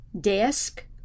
desk